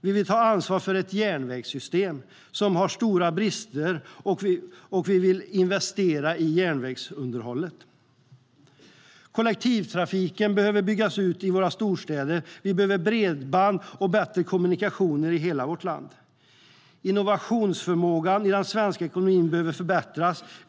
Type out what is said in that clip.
Vi vill ta ansvar för järnvägssystemet eftersom det har stora brister, och vi vill investera i järnvägsunderhållet. Kollektivtrafiken i våra storstäder behöver byggas ut, och vi behöver bredband och bättre kommunikationer i hela vårt land. Innovationsförmågan i den svenska ekonomin behöver förbättras.